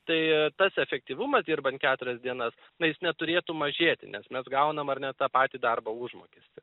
tai tas efektyvumas dirbant keturias dienas na jis neturėtų mažėti nes mes gaunam ar ne tą patį darbo užmokestį